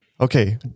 Okay